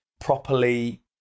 properly